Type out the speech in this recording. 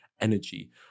energy